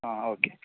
okay